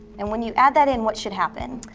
and when you add that, and what should happen?